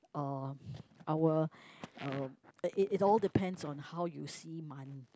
uh I will um it it all depends on how you see money